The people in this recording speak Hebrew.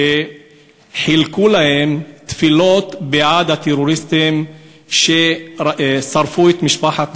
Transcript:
שחילקו להם תפילות בעד הטרוריסטים ששרפו את משפחת דוואבשה.